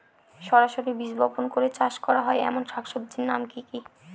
সরাসরি বীজ বপন করে চাষ করা হয় এমন শাকসবজির নাম কি কী?